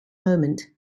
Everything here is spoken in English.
moment